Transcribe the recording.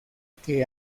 que